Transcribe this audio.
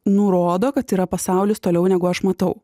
nurodo kad yra pasaulis toliau negu aš matau